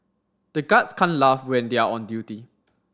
the guards can't laugh when they are on duty